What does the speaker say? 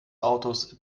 autos